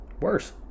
Worse